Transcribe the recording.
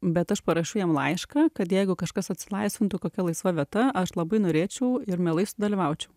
bet aš parašiau jiem laišką kad jeigu kažkas atsilaisvintų kokia laisva vieta aš labai norėčiau ir mielai sudalyvaučiau